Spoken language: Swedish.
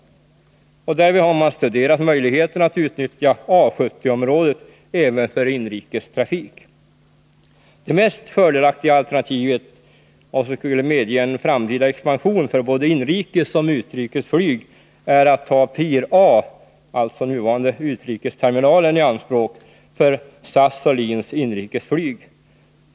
Därvid har man studerat möjligheterna att utnyttja A70-området även för inrikestrafik. Det mest fördelaktiga alternativet, som också skulle medge en framtida expansion för både inrikesoch utrikesflyg, är att ta pir A, dvs. nuvarande utrikesterminalen, i anspråk för SAS och LIN:s inrikesflyg.